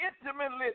intimately